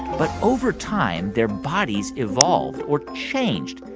but over time, their bodies evolved, or changed.